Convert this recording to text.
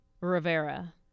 Rivera